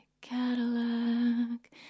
Cadillac